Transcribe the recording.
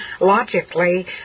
logically